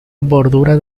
bordura